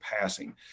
passing